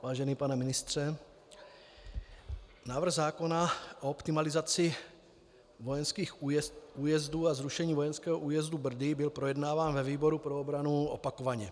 Vážený pane ministře, návrh zákona o optimalizaci vojenských újezdů a zrušení vojenského újezdu Brdy byl projednáván ve výboru pro obranu opakovaně.